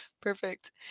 perfect